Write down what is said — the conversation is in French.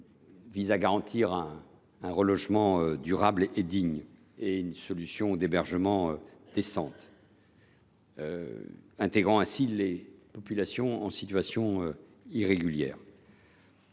de garantir un relogement durable et digne et de proposer une solution d’hébergement décente intégrant aussi les populations en situation irrégulière.